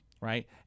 right